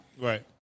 Right